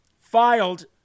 filed